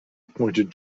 pointed